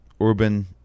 urban